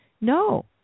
No